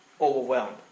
overwhelmed